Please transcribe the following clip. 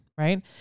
Right